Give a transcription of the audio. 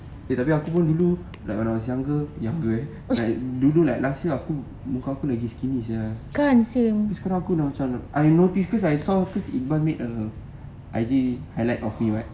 eh tapi aku pun dulu like when I was younger like dulu like last year ah muk~ muka aku lagi skinny sia tapi sekarang aku dah macam I notice because I saw because iqbal made a I_G highlight of it right